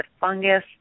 fungus